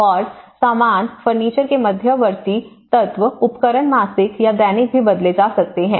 और सामान फर्नीचर के मध्यवर्ती तत्व उपकरण मासिक या दैनिक भी बदले जा सकते हैं